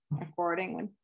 accordingly